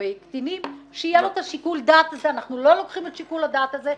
אנחנו לא לוקחים ממנו את שיקול הדעת הזה,